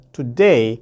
today